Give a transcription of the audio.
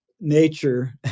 nature